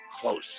close